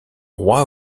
roy